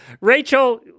Rachel